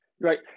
Right